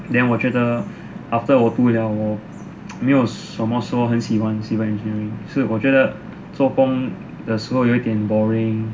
then 我觉得 after 我读了没有什么说很喜欢 civil engineer 是我觉得做工的时候有点 boring